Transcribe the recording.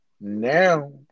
Now